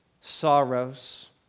sorrows